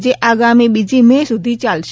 જે આગામી બીજી મે સુધી ચાલશે